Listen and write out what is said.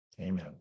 Amen